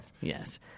Yes